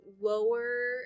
lower